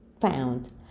found